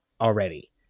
already